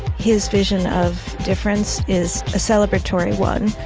his vision of difference is a celebratory one.